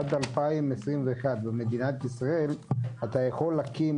עד 2021 במדינת ישראל אתה יכול להקים